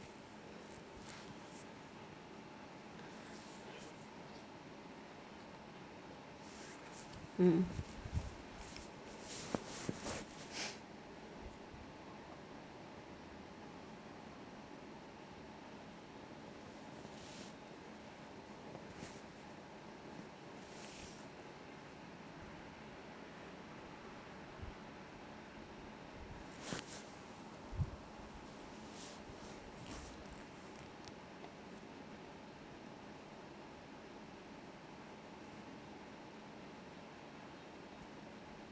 mm